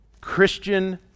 Christian